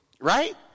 right